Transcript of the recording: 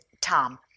tom